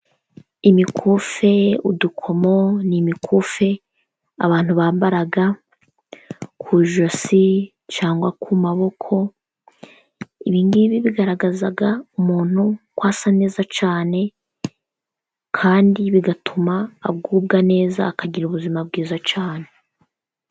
Imikufi, udukomo ni imikufi abantu bambara ku ijosi cyangwa ku maboko. Ibingibi bigaragaza umuntu ko asa neza cyane kandi bigatuma agubwa neza akagira ubuzima bwiza cyane.